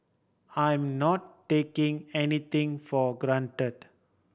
I am not taking anything for granted